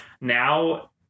now